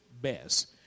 best